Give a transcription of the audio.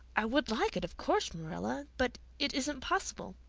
i would like it, of course, marilla. but it isn't possible.